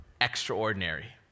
extraordinary